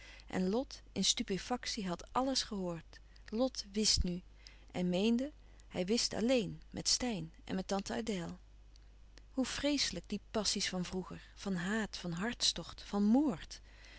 en lot in stupefactie had àlles gehoord lot wist nu en meende hij wist alleen met steyn en met tante adèle hoe vreeslijk die passie's van vroeger van haat van hartstocht van moord